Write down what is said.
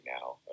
now